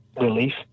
relief